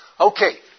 Okay